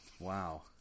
Wow